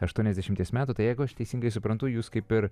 aštuoniasdešimties metų tai jeigu aš teisingai suprantu jūs kaip ir